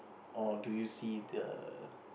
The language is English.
or do you see the